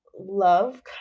love